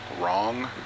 wrong